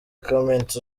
comments